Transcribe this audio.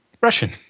Russian